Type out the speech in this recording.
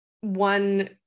one